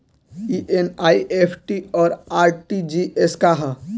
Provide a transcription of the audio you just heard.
ई एन.ई.एफ.टी और आर.टी.जी.एस का ह?